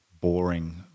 boring